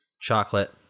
chocolate